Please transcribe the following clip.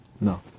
No